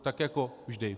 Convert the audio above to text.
Tak jako vždy.